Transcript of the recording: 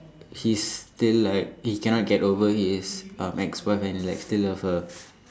he's still like he cannot get over his um ex wife and like still love her